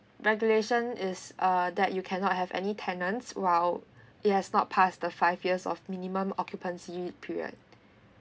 regulation is uh that you cannot have any tenants while it has not pass the five years of minimum occupancy period